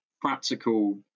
practical